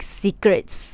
secrets